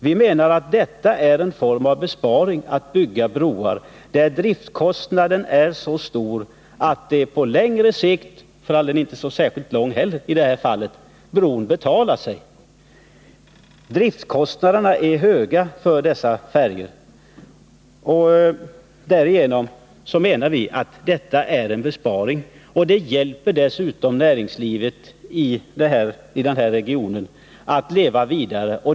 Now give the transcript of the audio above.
Vi menar att det är en besparing att bygga broar. Driftkostnaderna för färjor är så stora att broar på längre sikt betalar sig — i detta fall inte på så särskilt lång sikt heller. Vi menar därför att ett brobygge är en besparing. Det hjälper dessutom näringslivet i denna region att leva vidare.